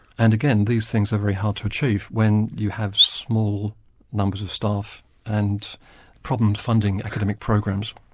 and again, these things are very hard to achieve when you have small numbers of staff and problems funding academic programs.